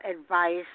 advice